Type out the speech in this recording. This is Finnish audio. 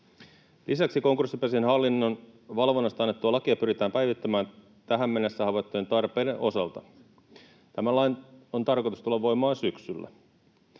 Lisäksi konkurssipesien hallinnon valvonnasta annettua lakia pyritään päivittämään tähän mennessä havaittujen tarpeiden osalta. Tämän lain on tarkoitus tulla voimaan syksyllä.